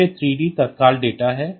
तो यह 3 d तत्काल डेटा है